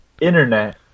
internet